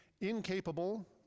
incapable